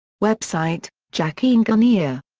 website jakingunea.